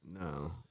No